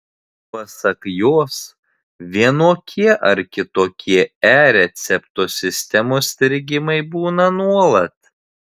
pasak jos vienokie ar kitokie e recepto sistemos strigimai būna nuolat